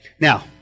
Now